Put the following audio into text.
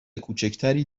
کوچکتری